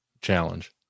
challenge